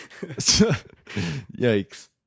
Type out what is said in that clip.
Yikes